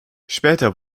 später